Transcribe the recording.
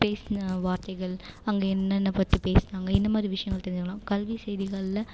பேசுன வார்த்தைகள் அங்கே என்னென்ன பற்றி பேசுனாங்க இந்த மாதிரி விஷயங்கள் தெரிஞ்சிக்கலாம் கல்வி செய்திகளில்